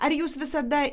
ar jūs visada